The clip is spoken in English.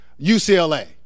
UCLA